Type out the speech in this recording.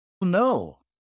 no